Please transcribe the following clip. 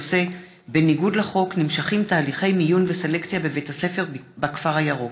בנושא: בניגוד לחוק נמשכים תהליכי מיון וסלקציה בבית ספר בכפר הירוק.